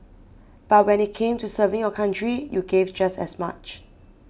but when it came to serving your country you gave just as much